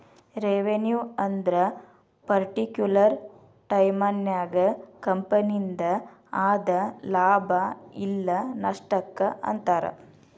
revenue ಅಂದ್ರ particular ಟೈಮನ್ಯಾಗ ಕಂಪನಿಯಿಂದ ಆದ ಲಾಭ ಇಲ್ಲ ನಷ್ಟಕ್ಕ ಅಂತಾರ